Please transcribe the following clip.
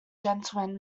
gentleman